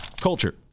Culture